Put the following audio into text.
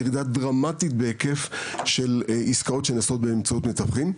ירידה דרמטית בהיקף של עסקאות שנעשות באמצעות מתווכים.